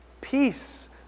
Peace